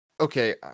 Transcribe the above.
Okay